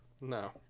No